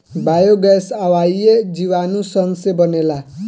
biogas अवायवीय जीवाणु सन से बनेला